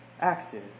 active